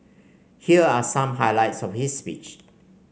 here are some highlights of his speech